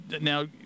now